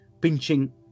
pinching